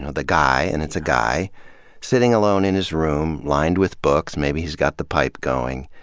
ah the guy and it's a guy sitting alone in his room lined with books, maybe he's got the pipe going,